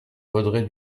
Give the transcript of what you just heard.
audrey